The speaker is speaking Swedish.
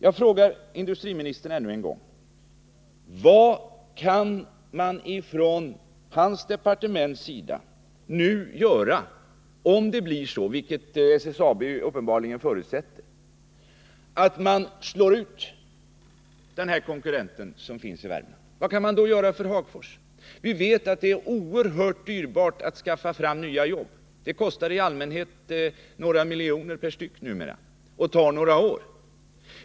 Jag frågar ännu en gång industriministern: Vad kan industridepartementet göra, om SSAB - vilket företaget uppenbarligen förutsätter — slår ut denna konkurrent i Värmland? Vad kan då göras för Hagfors? Vi vet att det är oerhört dyrbart att skaffa fram nya jobb. De kostar numera i allmänhet några miljoner kronor styck, och det tar också några år att få fram dem.